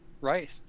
right